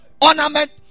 ornament